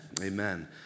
amen